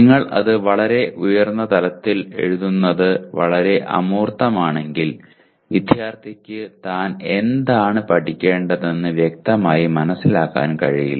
നിങ്ങൾ അത് വളരെ ഉയർന്ന തലത്തിൽ എഴുതുന്നത് വളരെ അമൂർത്തമാണെങ്കിൽ വിദ്യാർത്ഥിക്ക് താൻ എന്താണ് പഠിക്കേണ്ടതെന്ന് വ്യക്തമായി മനസ്സിലാക്കാൻ കഴിയില്ല